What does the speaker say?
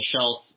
shelf